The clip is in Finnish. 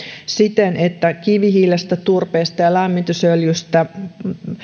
siten että kivihiilestä turpeesta ja lämmitysöljystä